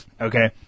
Okay